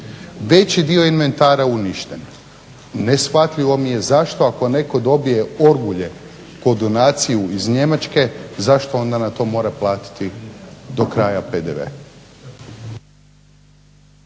Veći dio inventara uništen. Neshvatljivo mi je zašto ako netko dobije orgulje kao donaciju iz Njemačke zašto onda na to mora platiti do kraja PDV.